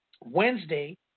Wednesday